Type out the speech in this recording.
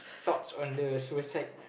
thoughts on the suicide